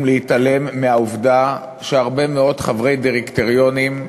להתעלם מהעובדה שהרבה מאוד חברי דירקטוריונים,